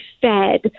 fed